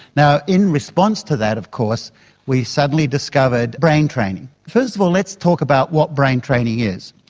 now, in response to that of course we suddenly discovered brain training. first of all let's talk about what brain training is.